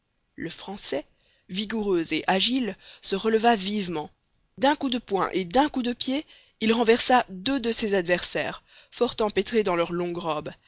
le français vigoureux et agile se releva vivement d'un coup de poing et d'un coup de pied il renversa deux de ses adversaires fort empêtrés dans leurs longues robes